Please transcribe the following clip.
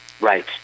Right